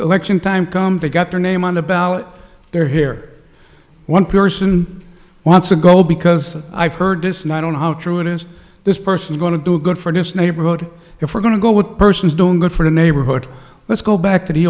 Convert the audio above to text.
city election time come they got their name on the ballot they're here one person wants to go because i've heard this and i don't know how true it is this person's going to do good for this neighborhood if we're going to go what person is doing good for the neighborhood let's go back to the